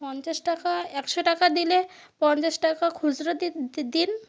পঞ্চাশ টাকা একশো টাকা দিলে পঞ্চাশ টাকা খুচরো দিন